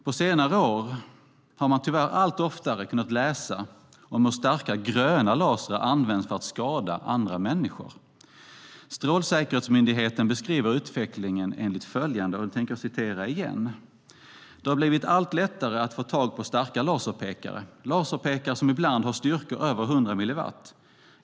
På senare år har man tyvärr allt oftare kunnat läsa om hur starka gröna lasrar använts för att skada andra människor. Strålsäkerhetsmyndigheten beskriver utvecklingen enligt följande. "Det har blivit allt lättare att få tag på starka laserpekare - laserpekare som ibland har styrkor över hundra milliwatt.